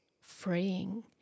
freeing